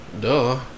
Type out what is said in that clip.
Duh